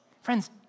Friends